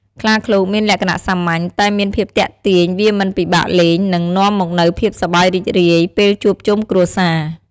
ខ្លាឃ្លោកមានលក្ខណៈសាមញ្ញ តែមានភាពទាក់ទាញវាមិនពិបាកលេង និងនាំមកនូវភាពសប្បាយរីករាយពេលជួបជំុគ្រួសារ។